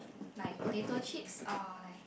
like potato chips or like